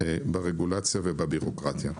ברגולציה ובבירוקרטיה.